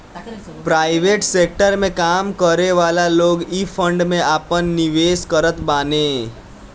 private sector में काम करेवाला लोग इ फंड में आपन निवेश करत बाने